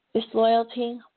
disloyalty